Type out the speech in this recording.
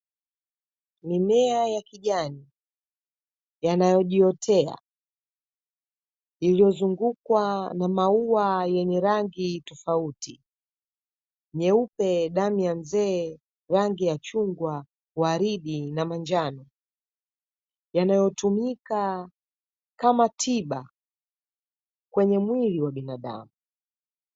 Mimea ya kijani, yanayojiotea, iliyozungukwa na maua yenye rangi tofauti, nyeupe damu ya mzee, rangi ya chungwa, waridi na manjano. Yanayotumika kama tiba kwenye mwili wa binadamu.